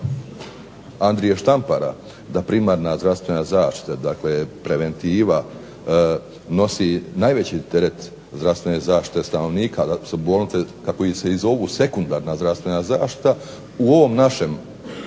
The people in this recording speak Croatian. Andrije Štampara da primarna zdravstvena zaštita dakle preventiva nosi najveći teret zdravstvene zaštite stanovnika, zato su bolnice kako se i zovu sekundarna zdravstvena zaštita. U ovoj našoj